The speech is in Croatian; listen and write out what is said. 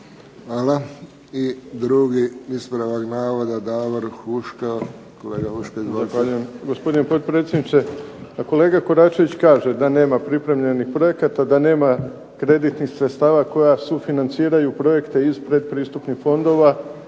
Hvala. I drugi ispravak navoda Davor Huška. Kolega Huška izvolite.